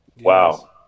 Wow